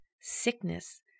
sickness